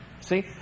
See